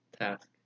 task